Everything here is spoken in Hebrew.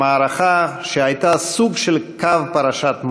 במערכה שהייתה סוג של קו פרשת מים.